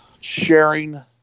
sharing